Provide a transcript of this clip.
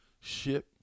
ship